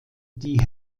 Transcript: die